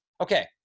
Okay